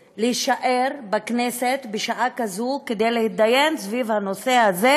להישאר בכנסת בשעה כזאת כדי להתדיין סביב הנושא הזה,